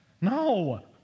no